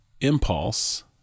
impulse